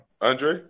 Andre